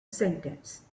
sentence